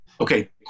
Okay